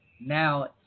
now